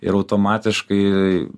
ir automatiškai